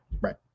right